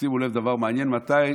שימו לב לדבר מעניין: מתי